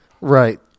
Right